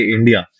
India